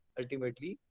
ultimately